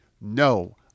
no